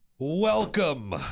Welcome